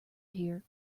hear